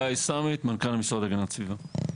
גיא סמט, מנכ"ל משרד להגנת הסביבה.